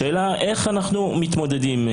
השאלה, איך אנחנו מתמודדים?